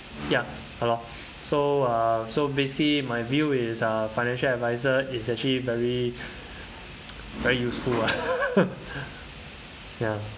ya so uh so basically my view is uh financial advisor is actually very very useful lah ya